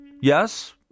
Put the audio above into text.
yes